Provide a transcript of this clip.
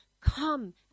come